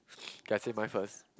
K I say mine first